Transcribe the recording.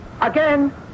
Again